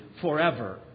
forever